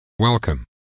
Welcome